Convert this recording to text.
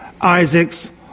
Isaac's